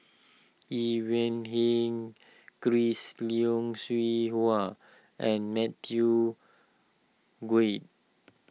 Ivan Heng Chris Yeo Siew Hua and Matthew Gui